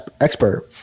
expert